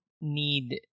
need